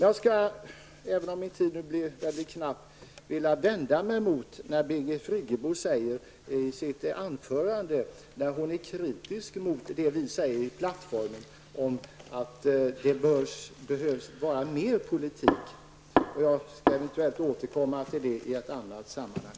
Jag skulle vilja vända mig mot den kritik som Birgit Friggebo har framfört mot det vi säger i plattformen om att det behövs mer politik. Men min tid är knapp, och jag får eventuellt återkomma till det i ett annat sammanhang.